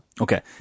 okay